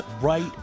right